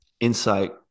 insight